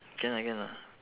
can lah can lah